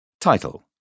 Title